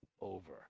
over